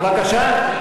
בבקשה?